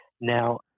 Now